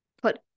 put